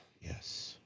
Yes